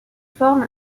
forme